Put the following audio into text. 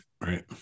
right